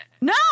no